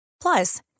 Plus